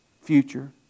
Future